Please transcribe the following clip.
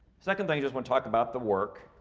secondly, i just wanna talk about the work.